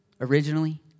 originally